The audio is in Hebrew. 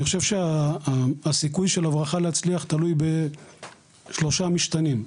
אני חושב שהסיכוי של הברחה להצליח תלוי ב-3 משתנים.